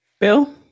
Bill